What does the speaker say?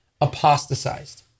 apostatized